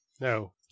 No